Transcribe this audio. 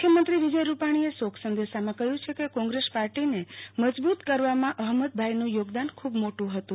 મુખ્યમંત્રી વિજય રૂપાણીએ શોક સંદેશામાં કહ્યું છે કે કોંગ્રેસ પાર્ટીને મજબુત કરવામાં અહમદભાઈનું યોગદાન ખૂબ મોટું હતું